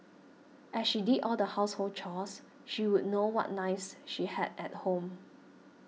as she did all the household chores she would know what knives she had at home